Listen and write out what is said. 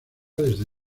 desde